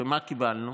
ומה קיבלנו?